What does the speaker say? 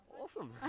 Awesome